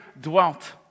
dwelt